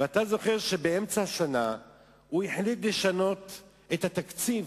ואתה זוכר שבאמצע השנה הוא החליט לשנות את תקציב